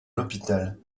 l’hôpital